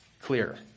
clear